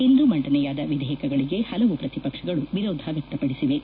ಇಂದು ಮಂಡನೆಯಾದ ವಿಧೇಯಕಗಳಿಗೆ ಹಲವು ಪ್ರತಿಪಕ್ಷಗಳು ವಿರೋಧ ವ್ಯಕ್ತಪಡಿಸಿವೆ